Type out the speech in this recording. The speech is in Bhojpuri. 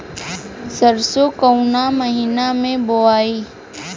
सरसो काउना महीना मे बोआई?